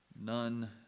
None